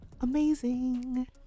amazing